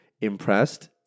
impressed